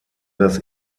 das